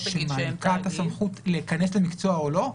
שמעניקה את הסמכות להיכנס למקצוע או לא?